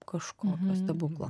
kažko stebuklo